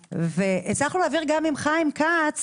2013. הצלחנו להעביר גם עם חיים כץ